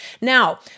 Now